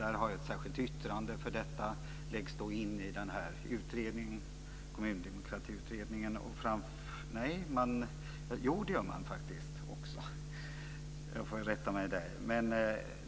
Där har jag ett särskilt yttrande. Detta läggs in i Kommundemokratiutredningen.